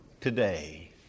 today